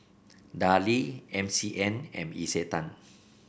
Darlie M C M and Isetan